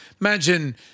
Imagine